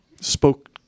spoke